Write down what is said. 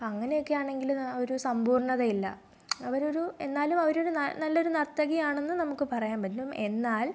അങ്ങനെയൊക്കെ ആണെങ്കിലും ഒരു സമ്പൂർണ്ണതയില്ല അവരൊരു എന്നാലും അവരൊരു നല്ലൊരു നർത്തകിയാണെന്ന് നമുക്ക് പറയാൻ പറ്റും എന്നാൽ